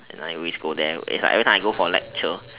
and I always go there it's like every time I go there for lecture